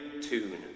tune